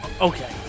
Okay